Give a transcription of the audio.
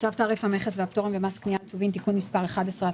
צו תעריף המכס והפטור ממס קנייה על טובין (תיקון מס' 11),